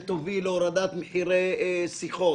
שיכול להיות שתוביל להורדת מחירי שיחות,